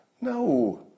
No